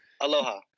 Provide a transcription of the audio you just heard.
Aloha